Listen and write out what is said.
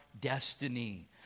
destiny